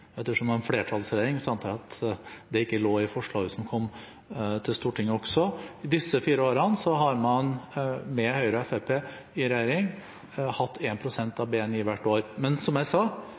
Ettersom det var en flertallsregjering, antar jeg det ikke lå i forslaget som kom til Stortinget. I de fire årene med Høyre og Fremskrittspartiet i regjering har man hatt 1 pst. av BNI hvert år. Men som jeg sa: